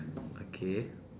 okay